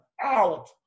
out